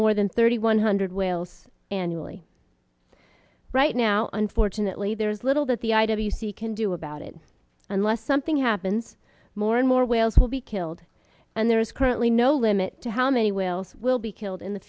more than thirty one hundred whales annually right now unfortunately there's little that the i w c can do about it unless something happens more and more whales will be killed and there's currently no limit to how many whales will be killed in the